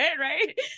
right